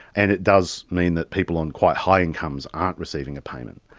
and it does mean that people on quite high incomes aren't receiving a payment.